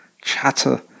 chatter